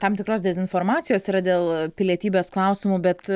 tam tikros dezinformacijos yra dėl pilietybės klausimų bet